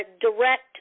direct